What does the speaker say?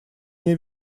мне